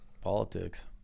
politics